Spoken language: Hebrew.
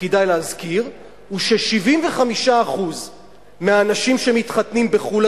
שכדאי להזכיר הוא ש-75% מהאנשים שמתחתנים בחו"ל,